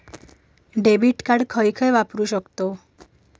Debit card कुठे कुठे वापरू शकतव?